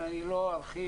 אני לא ארחיב.